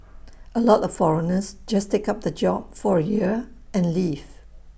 A lot of foreigners just take up the job for A year and leave